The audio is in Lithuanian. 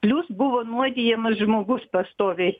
plius buvo nuodijamas žmogus pastoviai